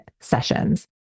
sessions